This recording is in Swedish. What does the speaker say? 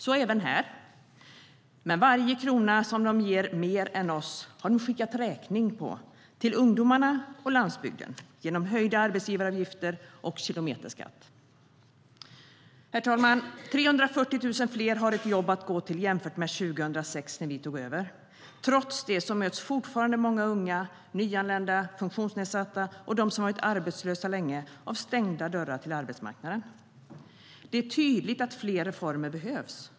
Så även här, men varje krona som de ger mer än vi gör har de skickat räkning på till ungdomarna och landsbygden genom höjda arbetsgivaravgifter och kilometerskatt. Herr talman! 340 000 fler har ett jobb att gå till jämfört med 2006 när vi tog över. Trots det möts fortfarande många unga, nyanlända, funktionsnedsatta och de som varit arbetslösa länge av stängda dörrar till arbetsmarknaden. Det är tydligt att fler reformer behövs.